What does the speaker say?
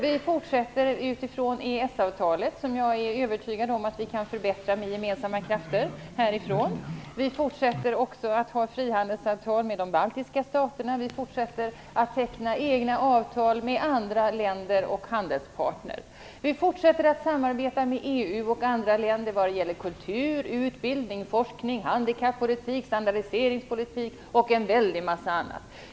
Vi fortsätter att samarbeta utifrån EES-avtalet, som jag är övertygad om att vi kan förbättra med gemensamma krafter härifrån. Vi fortsätter också att ha frihandelsavtal med de baltiska staterna, och vi fortsätter att teckna egna avtal med andra länder och handelspartner. Vi fortsätter att samarbeta med EU och andra länder när det gäller kultur, utbildning, forskning, handikappolitik, standardiseringspolitik och en väldig mängd annat.